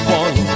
one